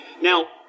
Now